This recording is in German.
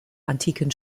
antiken